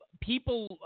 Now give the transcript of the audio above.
people